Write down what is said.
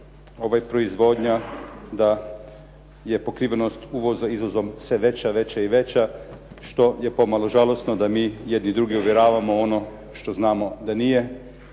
veća proizvodnja da je pokrivenost uvoza izvozom sve veća i veća što je pomalo žalosno da mi jedni druge uvjeravamo ono što znamo da nije